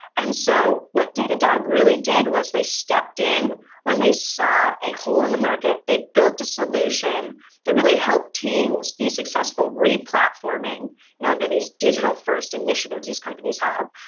and so what datadog really did was they stepped in when they saw a hole in the market. they built a solution that really helped teams with the successful re-platforming, you know, under these digital first initiatives these companies have,